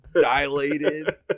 dilated